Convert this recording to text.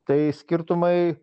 tai skirtumai